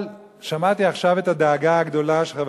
אבל שמעתי עכשיו את הדאגה הגדולה של חבר